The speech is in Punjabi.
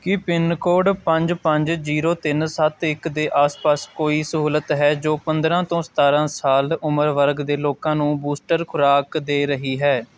ਕੀ ਪਿੰਨਕੋਡ ਪੰਜ ਪੰਜ ਜ਼ੀਰੋ ਤਿੰਨ ਸੱਤ ਇੱਕ ਦੇ ਆਸ ਪਾਸ ਕੋਈ ਸਹੂਲਤ ਹੈ ਜੋ ਪੰਦਰਾਂ ਤੋਂ ਸਤਾਰਾਂ ਸਾਲ ਉਮਰ ਵਰਗ ਦੇ ਲੋਕਾਂ ਨੂੰ ਬੂਸਟਰ ਖੁਰਾਕ ਦੇ ਰਹੀ ਹੈ